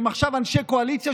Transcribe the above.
ועכשיו הם אנשי קואליציה,